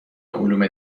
علوم